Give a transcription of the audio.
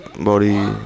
body